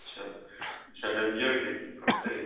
अच्छा रेंजरके की पड़तै